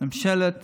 ממשלת